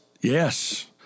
yes